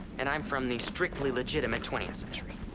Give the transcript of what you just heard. and i'm from the strictly legitimate twentieth century.